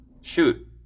shoot